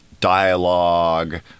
dialogue